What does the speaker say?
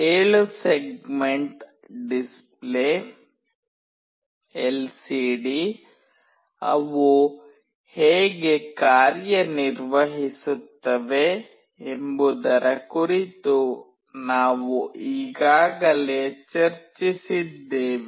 7 segment display LCD ಅವು ಹೇಗೆ ಕಾರ್ಯನಿರ್ವಹಿಸುತ್ತವೆ ಎಂಬುದರ ಕುರಿತು ನಾವು ಈಗಾಗಲೇ ಚರ್ಚಿಸಿದ್ದೇವೆ